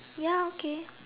ya okay